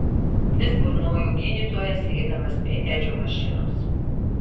vis burnojo gydytojas eidamas prie edžio mašinos